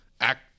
act